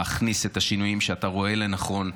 להכניס את השינויים שאתה רואה לנכון,